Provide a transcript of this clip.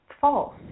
False